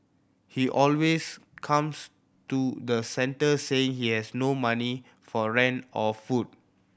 he always comes to the centre saying he has no money for rent or food